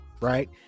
right